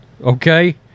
Okay